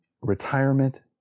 retirement